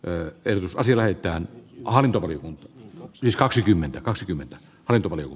ö en usko sillä että hän arveli on siis kaksikymmentä kaksikymmentä alentuvan eun